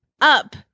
up